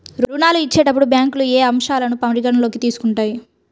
ఋణాలు ఇచ్చేటప్పుడు బ్యాంకులు ఏ అంశాలను పరిగణలోకి తీసుకుంటాయి?